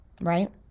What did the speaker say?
right